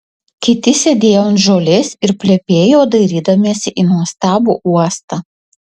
kiti sėdėjo ant žolės ir plepėjo dairydamiesi į nuostabų uostą